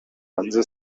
hanse